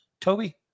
Toby